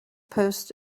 post